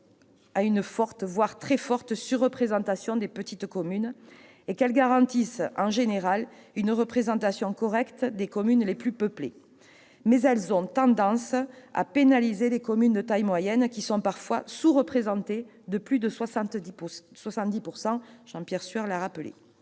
à une forte, voire très forte, surreprésentation des petites communes et qu'elles garantissent en général une représentation correcte des communes les plus peuplées. Mais elles ont tendance à pénaliser les communes de taille moyenne, qui sont parfois sous-représentées à hauteur de plus de 70 %. Pour corriger